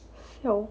siao